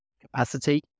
capacity